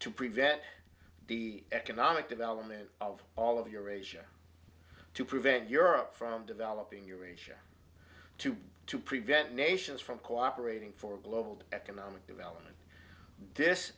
to prevent the economic development of all of eurasia to prevent europe from developing eurasia to to prevent nations from cooperating for global economic development this